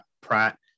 Pratt